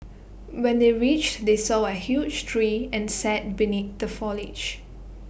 when they reached they saw A huge tree and sat beneath the foliage